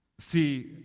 see